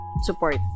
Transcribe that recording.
support